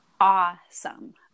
awesome